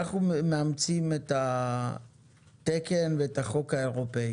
אנחנו מאמצים את התקן ואת החוק האירופי